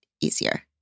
easier